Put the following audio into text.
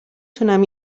توانم